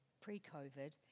pre-COVID